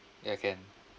ya can alright